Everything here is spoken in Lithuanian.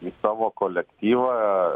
į savo kolektyvą